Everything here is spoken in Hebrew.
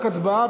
רק הצבעה?